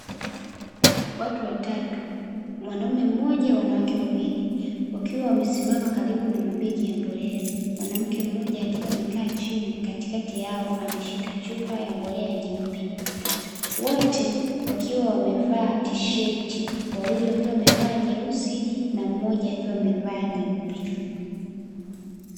Watu wa tatu mwanamke mmoja na wanaume wawili, wakiwa wamesimama karibu na mabegi ya mbolea, mwanamke mmoja akiwa amekaa chini katikati yao ameshika chupa ya mbolea nyeupe, wote wakiwa wamezaa tisherti , wawili wakiwa wamevaa nyeusi na mmoja akiwa amevaa nyeupe.